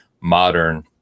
modern